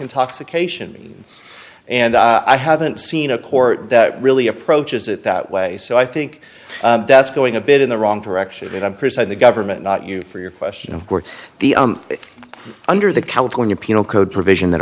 intoxication means and i haven't seen a court that really approaches it that way so i think that's going a bit in the wrong direction it appears and the government not you for your question of course the under the california penal code provision that